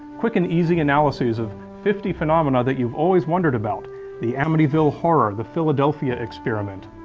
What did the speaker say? quick and easy analyses of fifty phenomena that you've always wondered about the amityville horror, the philadelphia experiment,